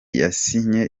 yasinye